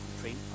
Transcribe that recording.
Train